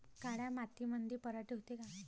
काळ्या मातीमंदी पराटी होते का?